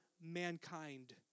mankind